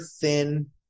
thin